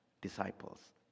disciples